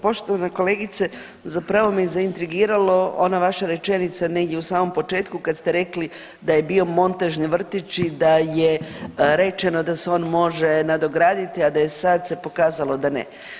Poštovana kolegice zapravo me zaintrigiralo ona vaša rečenica negdje u samom početku kad ste rekli da je bio montažni vrtić i da je rečeno da se on može nadograditi, a da je sad se pokazalo da ne.